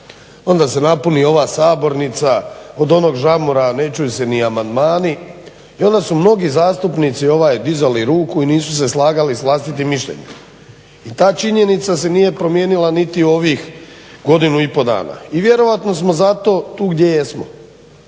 onda se napuni ova sabornica od onog žamora ne čuju se ni amandmani i onda su mnogi zastupnici dizali ruku i nisu se slagali sa vlastitim mišljenjem i ta činjenica se nije promijenila niti u ovih godinu i pol dana. I vjerojatno smo zato tu gdje jesmo